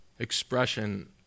expression